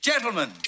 Gentlemen